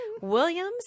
Williams